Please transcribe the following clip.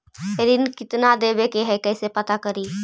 ऋण कितना देवे के है कैसे पता करी?